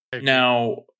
Now